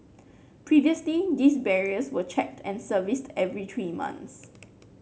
previously these barriers were checked and serviced every three months